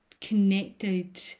connected